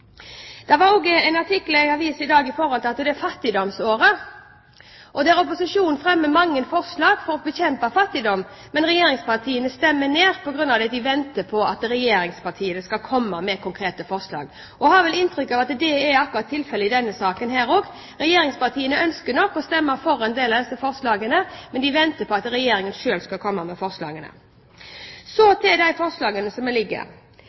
Det var også en artikkel i en avis i dag om fattigdomsåret. I den forbindelse fremmer opposisjonen mange forslag for å bekjempe fattigdom, men som regjeringspartiene stemmer ned fordi de venter på at Regjeringen skal komme med konkrete forslag. Vi har vel inntrykk av at akkurat det er tilfellet i denne saken også. Regjeringspartiene ønsker nok å stemme for en del av disse forslagene, men de venter på at Regjeringen selv skal komme med forslagene. Så til de forslagene som foreligger. Det er